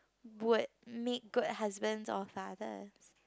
would make good husband or father